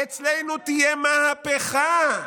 אצלנו תהיה מהפכה,